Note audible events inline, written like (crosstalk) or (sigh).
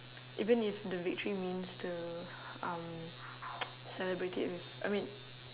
even if the victory means to um (noise) celebrate it with I mean